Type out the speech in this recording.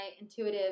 intuitive